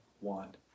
want